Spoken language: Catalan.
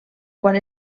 quan